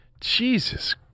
Jesus